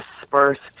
dispersed